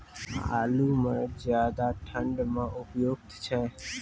आलू म ज्यादा ठंड म उपयुक्त छै?